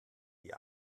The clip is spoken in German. die